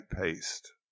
paste